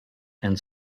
and